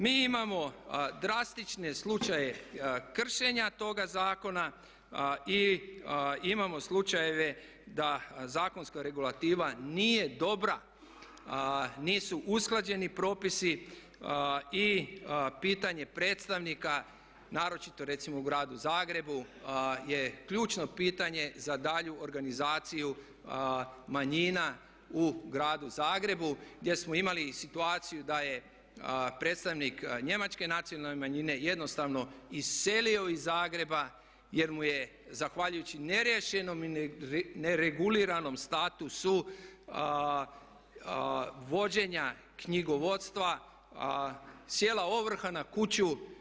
Mi imamo drastične slučajeve kršenja toga zakona i imamo slučajeve da zakonska regulativa nije dobra, nisu usklađeni propisi i pitanje predstavnika naročito recimo u Gradu Zagrebu je ključno pitanje za daljnju organizaciju manjina u Gradu Zagrebu gdje smo imali i situaciju da je predstavnik njemačke nacionalne manjine jednostavno iselio iz Zagreba jer mu je zahvaljujući neriješenom i nereguliranom statusu vođenja knjigovodstva sjela ovrha na kuću.